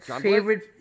favorite